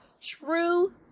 True